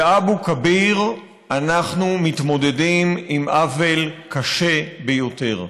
באבו כביר אנחנו מתמודדים עם עוול קשה ביותר.